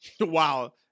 Wow